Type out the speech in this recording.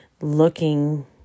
looking